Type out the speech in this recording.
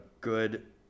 good